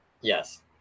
Yes